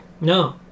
No